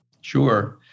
Sure